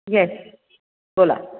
yes बोला